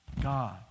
God